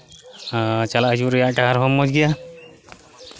ᱪᱟᱞᱟᱜ ᱦᱤᱡᱩᱜ ᱨᱮᱭᱟᱜ ᱰᱟᱦᱟᱨ ᱠᱚᱦᱚᱸ ᱢᱚᱡᱽ ᱜᱮᱭᱟ